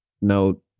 no